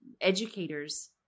educators